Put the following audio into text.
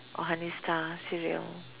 or honey star cereal